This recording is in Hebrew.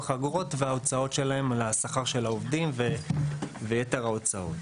האגרות וההוצאות שלהם על שכר העובדים ויתר ההוצאות.